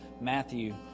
Matthew